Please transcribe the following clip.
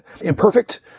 imperfect